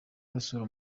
basura